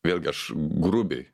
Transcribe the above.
vėlgi aš grubiai